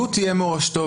זו תהיה מורשתו.